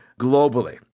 globally